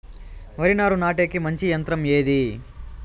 వరి నారు నాటేకి మంచి యంత్రం ఏది?